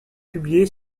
publiée